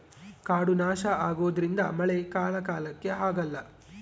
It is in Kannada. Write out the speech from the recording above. ಕಾಡು ನಾಶ ಆಗೋದ್ರಿಂದ ಮಳೆ ಕಾಲ ಕಾಲಕ್ಕೆ ಆಗಲ್ಲ